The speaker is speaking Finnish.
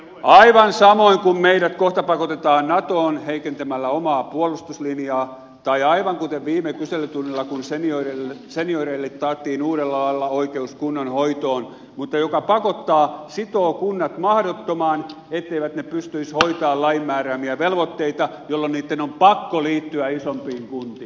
aivan samoin kuin meidät kohta pakotetaan natoon heikentämällä omaa puolustuslinjaa tai aivan kuten viime kyselytunnilla kun senioreille taattiin uudella lailla oikeus kunnan hoitoon mikä pakottaa sitoo kunnat mahdottomaan etteivät ne pystyisi hoitamaan lain määräämiä velvoitteita jolloin niitten on pakko liittyä isompiin kuntiin